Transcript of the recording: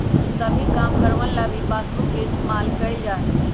सभी कामगारवन ला भी पासबुक के इन्तेजाम कइल जा हई